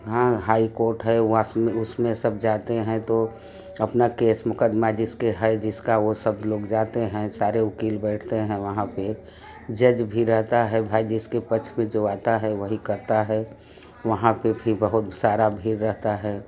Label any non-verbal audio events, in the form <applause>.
हाँ high court है <unintelligible> में उसमें सब जाते हैं तो अपना केस मुकदमा जिसके है जिसका वो सब लोग जाते हैं सारे वकील लोग बैठते है वहाँ पे जज भी रहता है भाई जिससे पक्ष में जो आता है वही करता है वहाँ पे भी बहुत सारा भीड़ रहता है